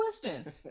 question